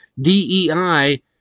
DEI